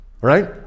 right